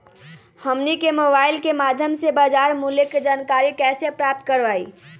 हमनी के मोबाइल के माध्यम से बाजार मूल्य के जानकारी कैसे प्राप्त करवाई?